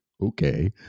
Okay